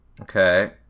Okay